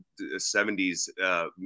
70s